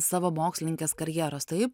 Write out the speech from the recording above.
savo mokslininkės karjeros taip